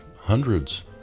hundreds